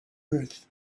earth